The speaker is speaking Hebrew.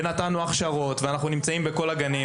ונתנו הכשרות, ואנחנו נמצאים בכל הגנים.